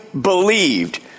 believed